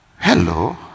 Hello